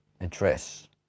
address